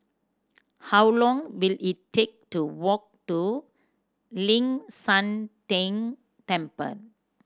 how long will it take to walk to Ling San Teng Temple